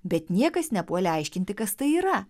bet niekas nepuolė aiškinti kas tai yra